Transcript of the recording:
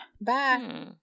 Bye